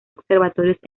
observatorios